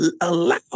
allow